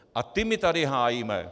A ty my tady hájíme!